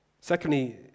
Secondly